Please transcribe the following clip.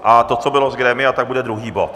A to, co bylo z grémia, tak bude druhý bod.